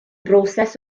broses